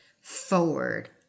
forward